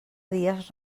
dies